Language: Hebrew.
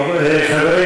חברים.